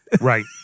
Right